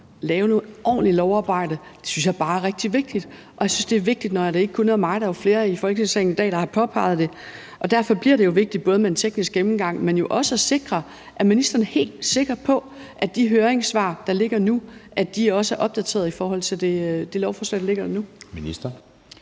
lave noget ordentligt lovarbejde synes jeg bare er rigtig vigtigt. Jeg synes, det er vigtigt, og det er jo ikke kun mig; der er flere i Folketingssalen i dag, der har påpeget det. Derfor bliver det jo vigtigt både med en teknisk gennemgang, men jo også at sikre, at ministeren er helt sikker på, at de høringssvar, der ligger nu, også er opdateret i forhold til det lovforslag, der ligger her